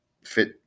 fit